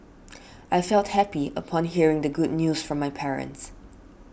I felt happy upon hearing the good news from my parents